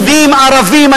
יהודים, ערבים.